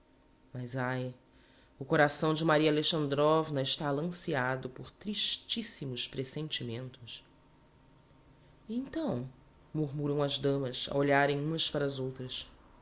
mas ai o coração de maria alexandrovna está alanceado por tristissimos presentimentos e então murmuram as damas a olharem umas para as outras